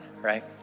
right